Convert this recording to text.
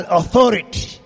authority